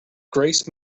grace